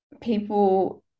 people